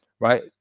right